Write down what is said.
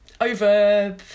over